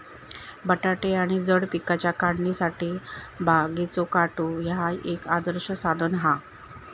बटाटे आणि जड पिकांच्या काढणीसाठी बागेचो काटो ह्या एक आदर्श साधन हा